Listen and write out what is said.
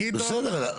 גדעון,